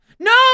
No